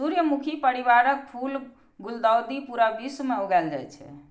सूर्यमुखी परिवारक फूल गुलदाउदी पूरा विश्व मे उगायल जाए छै